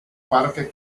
parque